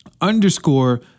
underscore